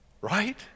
right